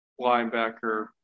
linebacker